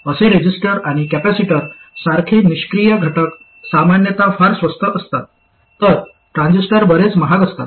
असे रेजिस्टर आणि कॅपेसिटर सारखे निष्क्रिय घटक सामान्यत फार स्वस्त असतात तर ट्रान्झिस्टर बरेच महाग असतात